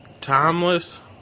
Timeless